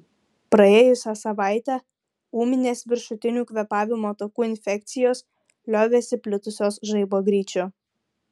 praėjusią savaitę ūminės viršutinių kvėpavimo takų infekcijos liovėsi plitusios žaibo greičiu